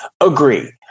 Agree